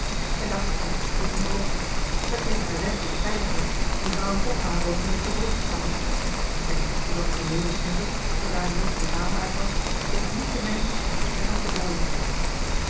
zij dacht aan de verge ten belofte het leek haar werkelijk veiliger die vrouw toch maar een oogenblik te woord te staan echter verzocht zij leo snibbig zoodra neeltje de kamer uit was zich niet te mengen in gesprekken met de bojen